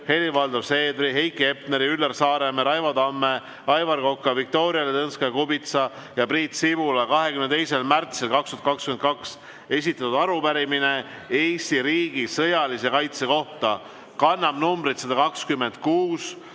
Helir-Valdor Seederi, Heiki Hepneri, Üllar Saaremäe, Raivo Tamme, Aivar Koka, Viktoria Ladõnskaja-Kubitsa ja Priit Sibula 22. märtsil 2022 esitatud arupärimine Eesti riigi sõjalise kaitse kohta, see kannab numbrit 126